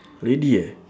lady eh